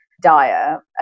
dire